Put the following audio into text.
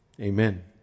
Amen